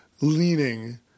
leaning